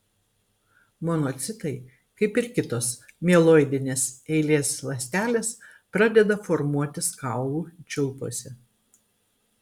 monocitai kaip ir kitos mieloidinės eilės ląstelės pradeda formuotis kaulų čiulpuose